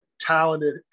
Talented